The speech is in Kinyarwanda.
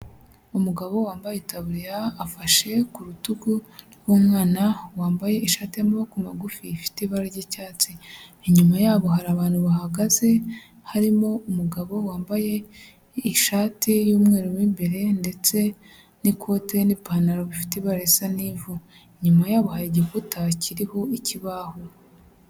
Umugabo wambaye itaburiya afashe ku rutugu rw'umwana wambaye ishati y'amaboko magufi, ifite ibara ry'icyatsi inyuma yaho hari abantu bahagaze harimo umugabo wambaye ishati y'umweru w'imbere ndetse n'ikote n'ipantaro bifite ibara risa n'ivu inyuma yabo hari igikuta kiriho ikibaho.